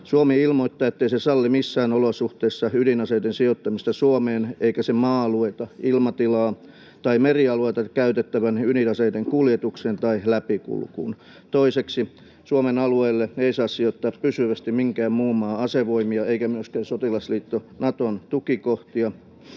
Suomi ilmoittaa, ettei se salli missään olosuhteissa ydinaseiden sijoittamista Suomeen eikä sen maa-alueita, ilmatilaa tai merialueita käytettävän ydinaseiden kuljetukseen tai läpikulkuun.” Toiseksi: ”Eduskunta edellyttää, että Suomen alueelle ei saa sijoittaa pysyvästi minkään muun maan asevoimia eikä myöskään sotilasliitto Naton tukikohtia.”